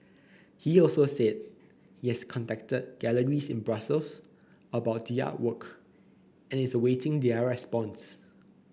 he also said yes contacted galleries in Brussels about the artwork and is awaiting their response